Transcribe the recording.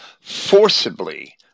forcibly